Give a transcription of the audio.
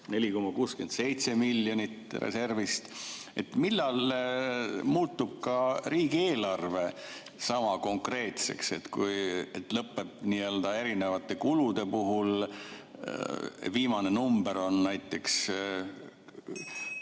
4,67 miljonit reservist. Millal muutub ka riigieelarve sama konkreetseks, et erinevate kulude puhul on viimane number näiteks